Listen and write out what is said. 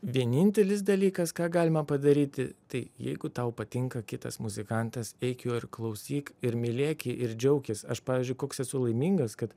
vienintelis dalykas ką galima padaryti tai jeigu tau patinka kitas muzikantas eik juo ir klausyk ir mylėk jį ir džiaukis aš pavyzdžiui koks esu laimingas kad